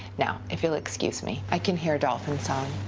now, if you'll excuse me, i can hear dolphin song,